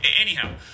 Anyhow